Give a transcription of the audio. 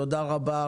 תודה רבה,